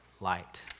light